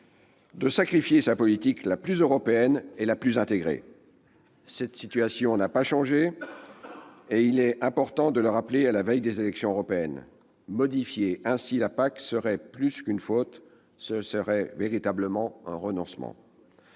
de sacrifier sa politique la plus européenne et la plus intégrée. Cette situation n'a pas changé et il est important de le rappeler à la veille des élections européennes. Modifier ainsi la PAC serait plus qu'une faute : ce serait un véritable renoncement.